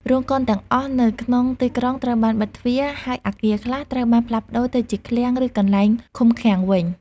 រោងកុនទាំងអស់ នៅក្នុងទីក្រុងត្រូវបានបិទទ្វារ ហើយអាគារខ្លះត្រូវបានផ្លាស់ប្តូរទៅជាឃ្លាំង ឬកន្លែងឃុំឃាំងវិញ។